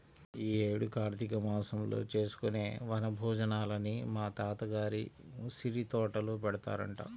యీ యేడు కార్తీక మాసంలో చేసుకునే వన భోజనాలని మా తాత గారి ఉసిరితోటలో పెడతారంట